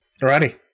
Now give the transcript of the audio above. Alrighty